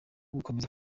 gukomeza